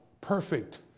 perfect